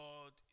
God